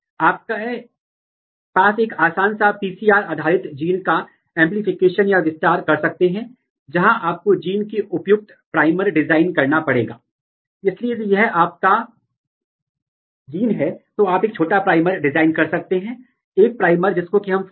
यह आपकी BiFC पद्धति है और यहां आप देख सकते हैं कि जब दोनों प्रोटीन आपस में इंटरेक्ट कर रहे हैं तो आपके पास पीला संकेत होगा यदि वे बातचीत नहीं कर रहे हैं तो पीला संकेत नहीं होगा